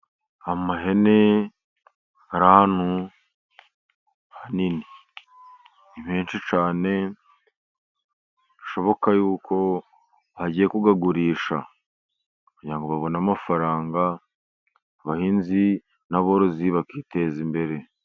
Amahene ari ahantu hanini. Ni menshi cyane, bishoboka yuko bagiye kuyagurisha, kugira ngo babone amafaranga, abahinzi n'aborozi bakiteza imbere.